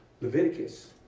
Leviticus